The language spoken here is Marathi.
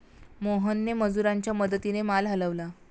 मोहनने मजुरांच्या मदतीने माल हलवला